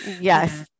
Yes